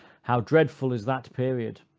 how dreadful is that period!